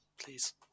please